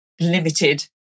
limited